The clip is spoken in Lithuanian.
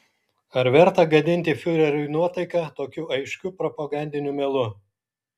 ar verta gadinti fiureriui nuotaiką tokiu aiškiu propagandiniu melu